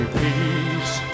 peace